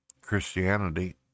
Christianity